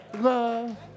love